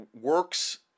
works